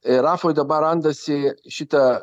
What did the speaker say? rafoj dabar randasi šitą